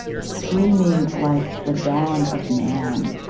screaming like the dawn of man,